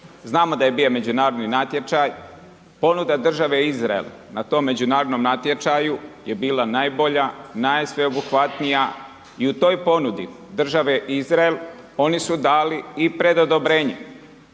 Znamo da je bio međunarodni natječaj, ponuda države Izrael, na tom međunarodnom natječaju je bila najbolja, najsveobuhvatnija i tu oj ponudi države Izrael, oni su dali i predodabrenje,